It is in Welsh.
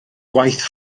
gwaith